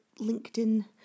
LinkedIn